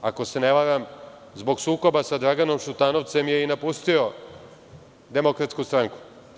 Ako se ne varam, zbog sukoba sa Draganom Šutanovcem je i napustio Demokratsku stranku.